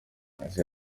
ese